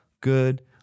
good